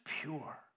pure